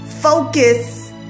Focus